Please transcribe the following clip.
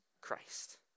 Christ